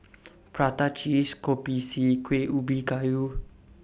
Prata Cheeses Kopi C Kueh Ubi Kayu